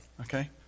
Okay